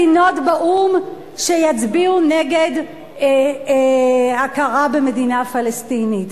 30 מדינות באו"ם שיצביעו נגד הכרה במדינה פלסטינית.